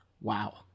wow